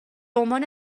عنوان